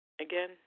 Again